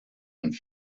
and